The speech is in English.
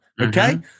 okay